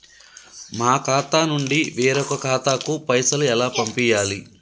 మా ఖాతా నుండి వేరొక ఖాతాకు పైసలు ఎలా పంపియ్యాలి?